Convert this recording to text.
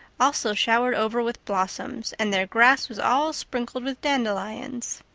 also showered over with blossoms and their grass was all sprinkled with dandelions.